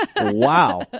Wow